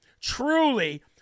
truly